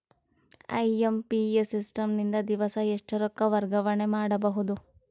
IMPS system ನಿಂದ ದಿವಸಾ ಎಷ್ಟ ರೊಕ್ಕ ವರ್ಗಾವಣೆ ಮಾಡಬಹುದು?